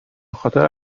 خاطر